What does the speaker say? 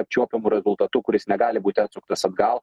apčiuopiamu rezultatu kuris negali būti atsuktas atgal